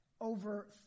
over